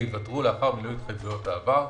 שייוותרו לאחר מילוי התחייבויות העבר,